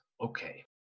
okay